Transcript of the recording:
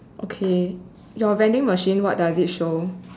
okay your vending machine what does it show